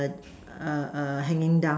err err hanging down